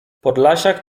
podlasiak